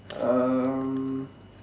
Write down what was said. um